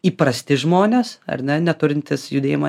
įprasti žmonės ar ne neturintys judėjimo